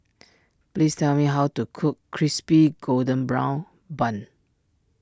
please tell me how to cook Crispy Golden Brown Bun